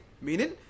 meaning